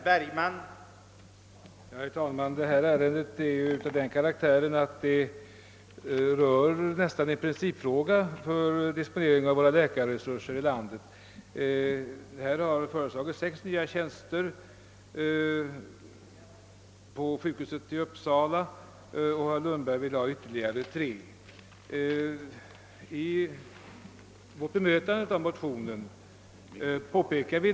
Herr talman! Det här ärendet har nära nog karaktären av en principfråga beträffande disponeringen av läkarresurserna i landet. Regeringen har föreslagit sex nya tjänster vid Akademiska sjukhuset i Uppsala och herr Lundberg har i motionen II: 352 föreslagit ytterligare tre.